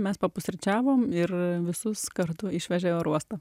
mes papusryčiavom ir visus kartu išvežė į oro uostą